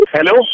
Hello